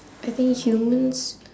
I think humans